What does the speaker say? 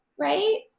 right